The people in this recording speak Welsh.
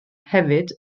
hefyd